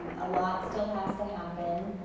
and a lot still has to happen.